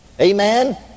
Amen